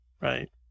right